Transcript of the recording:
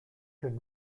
can